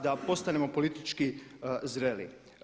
Da postanemo politički zreli.